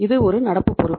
இது ஒரு நடப்பு பொறுப்பு